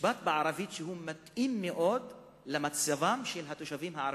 למצבם של התושבים הערבים,